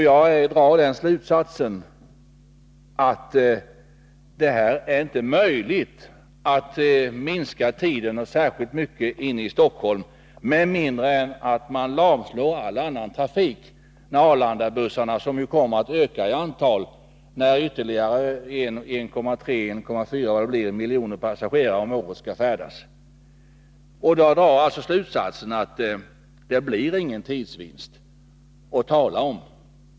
Jag drar slutsatsen att det inte är möjligt att minska restiden inne i Stockholm särskilt mycket med mindre än att man lamslår all annan trafik med Arlandabussarna. De kommer att öka i antal när ytterligare 1,3—1,4 miljoner passagerare om året skall färdas med dem. Jag drar således slutsatsen att det inte blir någon tidsvinst att tala om.